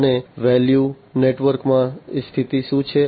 અને વેલ્યુ નેટવર્કમાં સ્થિતિ શું છે